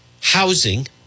housing